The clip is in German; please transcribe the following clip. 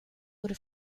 wurde